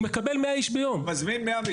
הוא מזמין 100,